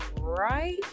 right